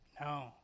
No